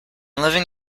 living